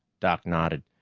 doc nodded.